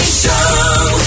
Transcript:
show